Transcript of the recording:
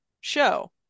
show